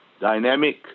dynamic